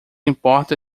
importa